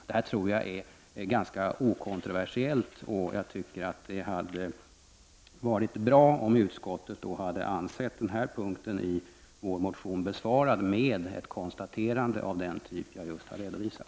Det tror jag är ganska okontroversiellt, och jag tycker att det hade varit bra om utskottet hade ansett den punkten i vår motion besvarad med ett konstaterande av den typ jag just har redovisat.